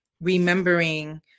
remembering